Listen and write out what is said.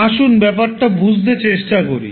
আসুন ব্যপারটা বুঝতে চেষ্টা করি